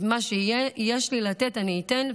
את מה שיש לי לתת אני אתן,